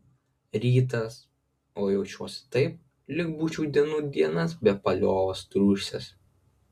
rytas o jaučiuosi taip lyg būčiau dienų dienas be paliovos triūsęs